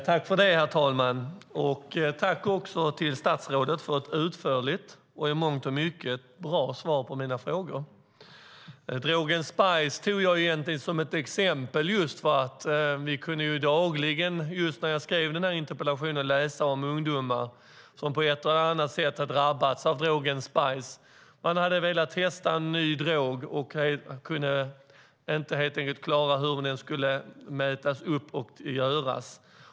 Herr talman! Tack, statsrådet, för ett utförligt och ett i mångt och mycket bra svar på mina frågor! Drogen spice tog jag egentligen som ett exempel. Just när jag skrev interpellationen kunde vi dagligen läsa om ungdomar som på ett eller annat sätt hade drabbats av drogen spice. Man hade velat testa en ny drog, men kunde inte klara av hur det skulle mätas och hanteras.